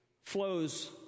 flows